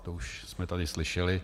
To už jsme tady slyšeli.